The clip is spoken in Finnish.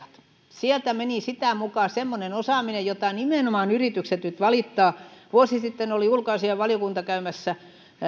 sieltä meni sitä mukaa semmoinen osaaminen jota nimenomaan yritykset nyt kaipaavat vuosi sitten oli ulkoasiainvaliokunta käymässä